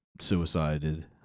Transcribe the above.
suicided